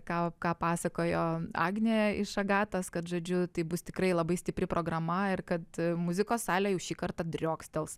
ką ką pasakojo agnė iš agatos kad žodžiu tai bus tikrai labai stipri programa ir kad muzikos salė jau šį kartą driokstels